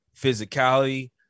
physicality